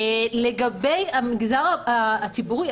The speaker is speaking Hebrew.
לגבי המגזר הציבורי,